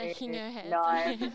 no